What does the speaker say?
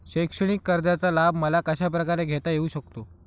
शैक्षणिक कर्जाचा लाभ मला कशाप्रकारे घेता येऊ शकतो?